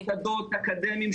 -- אל תירשמו למוסדות אקדמיים,